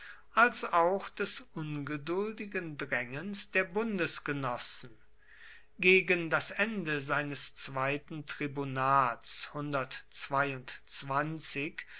als auch des ungeduldigen drängens der bundesgenossen gegen das ende seines zweiten tribunats